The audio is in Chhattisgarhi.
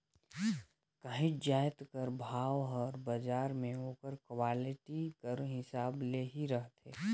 काहींच जाएत कर भाव हर बजार में ओकर क्वालिटी कर हिसाब ले ही रहथे